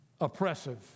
oppressive